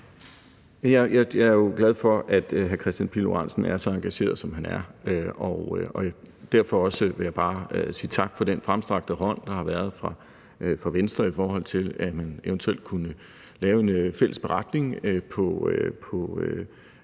Jeg er jo glad for, at hr. Kristian Pihl Lorentzen er så engageret, som han er, og derfor vil jeg også bare sige tak for den fremstrakte hånd fra Venstre, i forhold til at man eventuelt kunne lave en fælles beretning om